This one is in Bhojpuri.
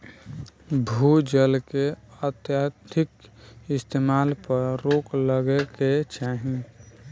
भू जल के अत्यधिक इस्तेमाल पर रोक लागे के चाही